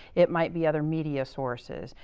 it might be other media sources,